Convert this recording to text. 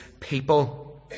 people